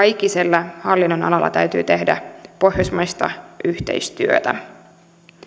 ikisellä hallinnonalalla täytyy tehdä pohjoismaista yhteistyötä